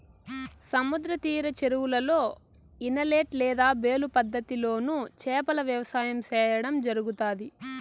సముద్ర తీర చెరువులలో, ఇనలేట్ లేదా బేలు పద్ధతి లోను చేపల వ్యవసాయం సేయడం జరుగుతాది